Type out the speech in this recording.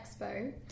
Expo